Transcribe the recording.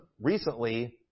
recently